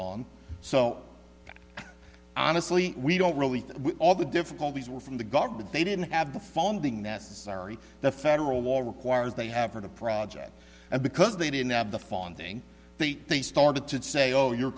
gone so honestly we don't really think all the difficulties were from the government they didn't have the funding necessary the federal law requires they have for the project and because they didn't have the funding they they started to say oh you're